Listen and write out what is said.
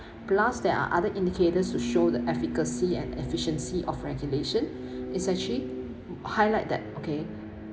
plus there are other indicators to show the efficacy and efficiency of regulation is actually highlight that okay